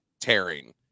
tearing